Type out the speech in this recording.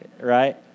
right